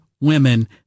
women